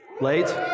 Late